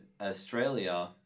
Australia